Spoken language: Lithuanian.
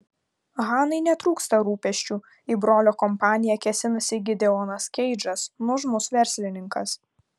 hanai netrūksta rūpesčių į brolio kompaniją kėsinasi gideonas keidžas nuožmus verslininkas